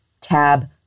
tab